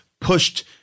pushed